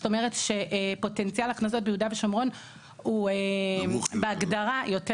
זאת אומרת שפוטנציאל ההכנסות ביהודה ושומרון הוא בהגדרה יותר